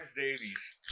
davies